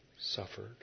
suffered